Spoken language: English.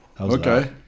okay